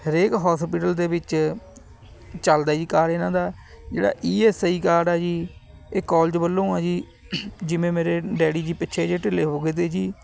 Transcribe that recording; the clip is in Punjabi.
ਹਰੇਕ ਹੌਸਪੀਟਲ ਦੇ ਵਿੱਚ ਚਲਦਾ ਜੀ ਕਾਰਡ ਇਹਨਾਂ ਦਾ ਜਿਹੜਾ ਈ ਐੱਸ ਆਈ ਕਾਰਡ ਹੈ ਜੀ ਇਹ ਕੋਲਜ ਵੱਲੋਂ ਆ ਜੀ ਜਿਵੇਂ ਮੇਰੇ ਡੈਡੀ ਜੀ ਪਿੱਛੇ ਜਿਹੇ ਢਿੱਲੇ ਹੋ ਗਏ ਤੇ ਜੀ